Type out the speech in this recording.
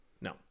No